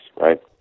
Right